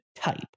type